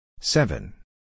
Seven